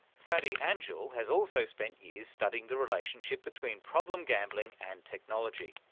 fadi anjoul has also spent years studying the relationship between problem gambling and technology.